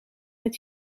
het